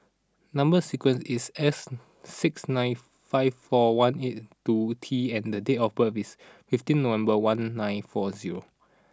number sequence is S six nine five four one eight two T and the date of birth is fifteen November one nine four zero